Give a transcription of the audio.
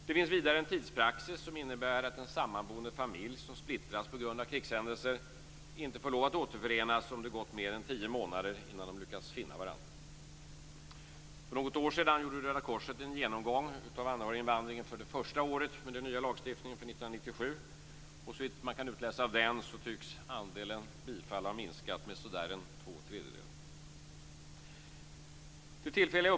Det finns vidare en tidspraxis som innebär att en sammanboende familj som splittrats på grund av krigshändelser inte får lov att återförenas om det gått mer än tio månader innan de lyckats finna varandra. För något år sedan gjorde Röda korset en genomgång av anhöriginvandringen för det första året med den nya lagstiftningen, för 1997, och såvitt man kan utläsa av den tycks andelen bifall ha minskat med två tredjedelar.